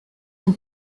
son